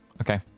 Okay